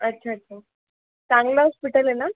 अच्छा अच्छा चांगलं हॉस्पिटल आहे ना